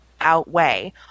outweigh